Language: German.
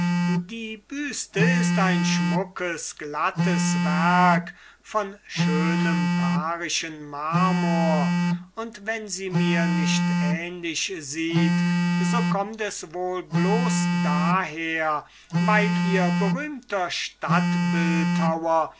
die büste ist ein schönes glattes werk von schönem parischen marmor und wenn sie mir nicht ähnlich sieht so könnt es wohl bloß daher weil ihr berühmter